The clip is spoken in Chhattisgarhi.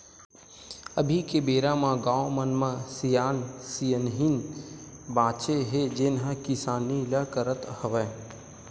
अभी के बेरा म गाँव मन म सियान सियनहिन बाचे हे जेन ह किसानी ल करत हवय